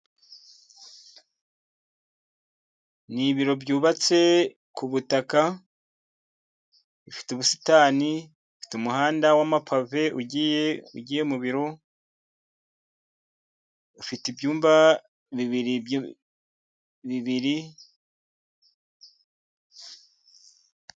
Ni ibiro bubatse ku butaka. Bifite ubusitani. Bifite umuhanda w'amapave ugiye mu biro. Bifite ibyumba bibiri.